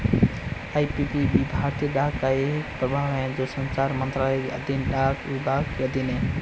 IPPB भारतीय डाक का एक प्रभाग है जो संचार मंत्रालय के अधीन डाक विभाग के अधीन है